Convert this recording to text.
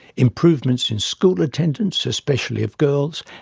improvements in school attendance, especially of girls,